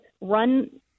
run